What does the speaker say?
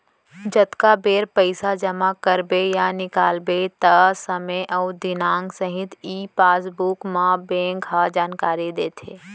जतका बेर पइसा जमा करबे या निकालबे त समे अउ दिनांक सहित ई पासबुक म बेंक ह जानकारी देथे